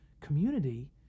community